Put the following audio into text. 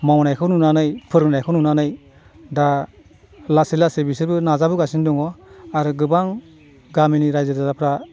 मावनायखौ नुनानै फोरोंनायखौ नुनानै दा लासै लासै बिसोरबो नाजाबोगासिनो दङ आरो गोबां गामिनि रायजो राजाफ्रा